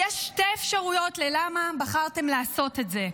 יש שתי אפשרויות ללמה בחרתם לעשות את זה: